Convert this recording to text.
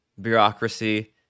bureaucracy